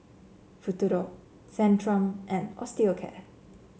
Futuro Centrum and Osteocare